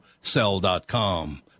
cell.com